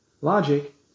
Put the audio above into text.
logic